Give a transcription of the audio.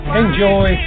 enjoy